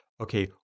okay